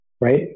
right